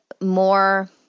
more—